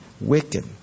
wicked